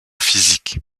physique